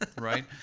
right